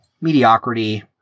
mediocrity